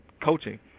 coaching